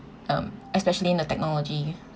um especially in the technology